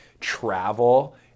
travel